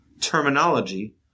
terminology